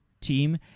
team